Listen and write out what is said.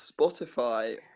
Spotify